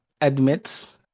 admits